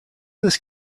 this